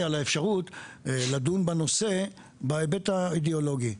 על האפשרות לדון בנושא בהיבט האידיאולוגי.